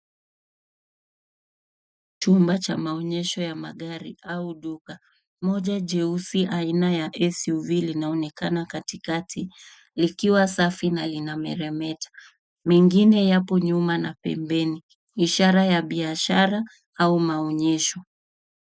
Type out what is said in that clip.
Chumba cha maonyesho ya magari au duka. Moja jeusi aina ya SUV linaonekana katikati likiwa safi na linameremeta. Mengine yapo nyuma na pembeni, ishara ya biashara au maonyesho.